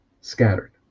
scattered